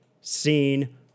seen